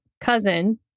cousin